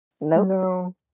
No